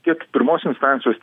tiek pirmos instancijos